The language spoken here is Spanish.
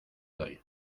doy